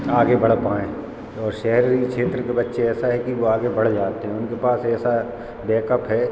आगे बढ़ पाऍं और शहरी क्षेत्र के बच्चे ऐसा है कि वो आगे बढ़ जाते हैं उनके पास ऐसा बैकअप है